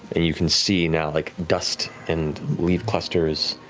and you can see now like dust and leaf clusters,